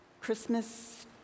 Christmas